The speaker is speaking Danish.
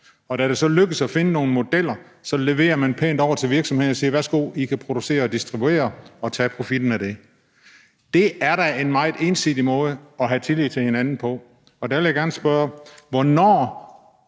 og da det så lykkes at finde nogle modeller, leverer man dem pænt over til virksomhederne og siger: Værsgo, I kan producere og distribuere og tage profitten af det. Det er da en meget ensidig måde at have tillid til hinanden på. Der vil jeg gerne spørge: Hvornår